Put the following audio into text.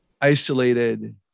isolated